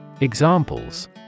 Examples